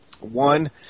One